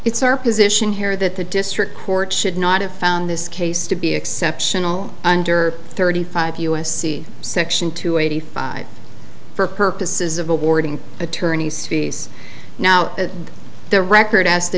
it's our position here that the district court should not have found this case to be exceptional under thirty five u s c section two eighty five for purposes of awarding attorneys fees now the record as the